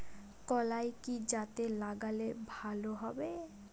কলাই কি জাতে লাগালে ভালো হবে?